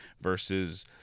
versus